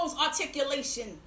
articulation